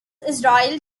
israel